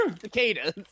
Cicadas